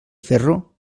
ferro